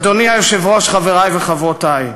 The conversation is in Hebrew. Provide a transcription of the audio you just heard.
אדוני היושב-ראש, חברי וחברותי,